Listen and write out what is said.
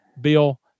Bill